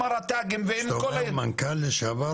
עם הרט"גים ועם כל --- כשאתה אומר מנכ"ל לשעבר,